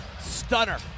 Stunner